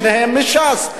שניהם מש"ס,